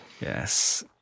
Yes